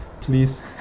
Please